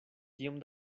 tiom